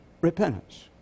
repentance